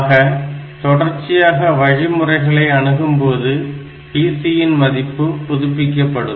ஆக தொடர்ச்சியாக வழிமுறைகளை அணுகும்போது PC இன் மதிப்பு புதுப்பிக்கப்படும்